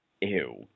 Ew